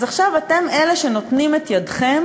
אז עכשיו אתם אלה שנותנים את ידכם